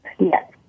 Yes